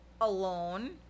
alone